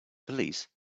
police